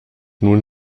nun